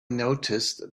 noticed